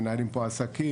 מנהלים פה עסקים.